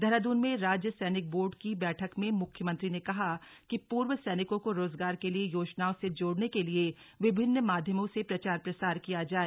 देहरादून में राज्य सैनिक बोर्ड की बैठक में मुख्यमंत्री ने कहा कि पूर्व सैनिकों को रोजगार के लिए योजनाओं से जोड़ने के लिए विभिन्न माध्यमों से प्रचार प्रसार किया जाए